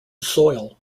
soil